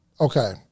Okay